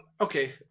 Okay